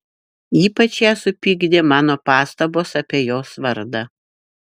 ypač ją supykdė mano pastabos apie jos vardą